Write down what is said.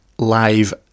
live